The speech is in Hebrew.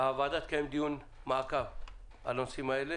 הוועדה תקיים דיון מעקב בנושאים האלה